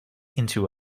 into